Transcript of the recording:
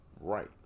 Right